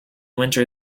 winter